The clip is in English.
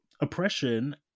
oppression